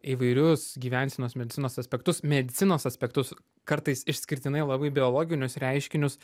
įvairius gyvensenos medicinos aspektus medicinos aspektus kartais išskirtinai labai biologinius reiškinius